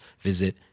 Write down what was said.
visit